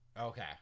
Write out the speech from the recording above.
Okay